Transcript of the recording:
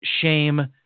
shame